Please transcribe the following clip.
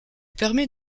permet